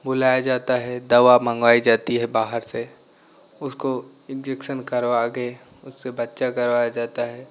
बुलाया जाता है दवा मंगवाई जाती है बाहर से उसको इंजेक्शन करवाकर उससे बच्चा करवाया जाता है